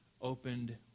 opened